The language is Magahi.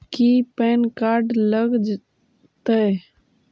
की पैन कार्ड लग तै?